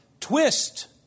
twist